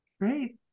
Great